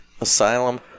Asylum